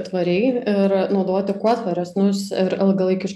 tvariai ir naudoti kuo tvaresnius ir ilgalaikius